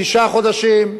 תשעה חודשים,